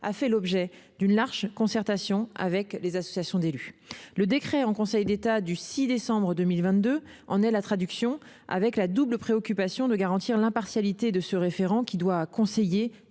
a fait l'objet d'une large concertation avec les associations d'élus. Le décret en Conseil d'État du 6 décembre 2022 en est la traduction avec la double préoccupation, d'une part, de garantir l'impartialité de ce référent qui doit conseiller